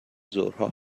ظهرها